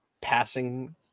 passing